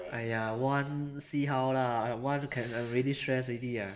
!aiya! one see how lah one can already stress already ah